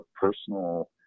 personal